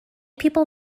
people